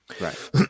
right